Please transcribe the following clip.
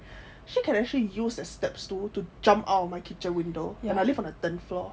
she can actually use the steps stool to jump out of my kitchen window and I live on a tenth floor